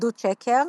עדות שקר,